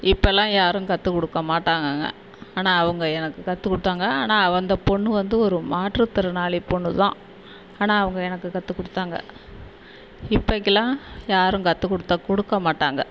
இப்போல்லாம் யாரும் கற்றுக் கொடுக்க மாட்டாங்கங்க ஆனால் அவங்க எனக்கு கற்றுக் கொடுத்தாங்க ஆனால் அந்த பொண்ணு வந்து ஒரு மாற்றுத்திறனாளி பொண்ணு தான் ஆனால் அவங்க எனக்கு கற்றுக் கொடுத்தாங்க இப்போக்கிலாம் யாரும் கற்றுக் கொடுத்தா கொடுக்க மாட்டாங்க